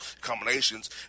combinations